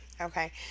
Okay